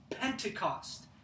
Pentecost